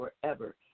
forever